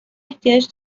احتیاج